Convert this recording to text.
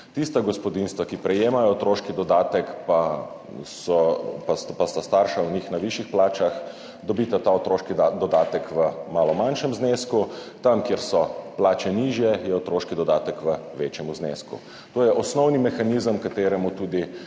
Tista gospodinjstva, ki prejemajo otroški dodatek pa sta starša v njih na višjih plačah, dobita ta otroški dodatek v malo manjšem znesku, tam, kjer so plače nižje, je otroški dodatek v večjem znesku. To je osnovni mehanizem, ki mu tudi